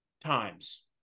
times